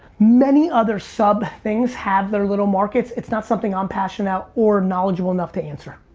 many other sub things have their little markets. it's not something i'm passionate about or knowledgeable enough to answer.